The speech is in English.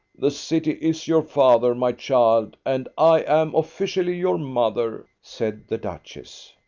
the city is your father, my child, and i am officially your mother, said the duchess.